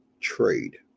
trade